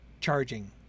charging